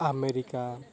America